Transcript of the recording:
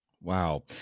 Wow